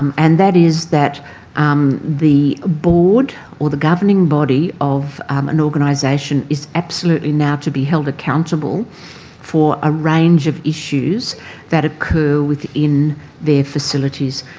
um and that is that um the board or the governing body of an organisation is absolutely now to be held accountable for a range of issues that occur within their facilities.